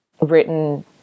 written